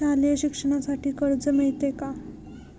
शालेय शिक्षणासाठी कर्ज मिळते का?